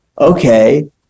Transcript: okay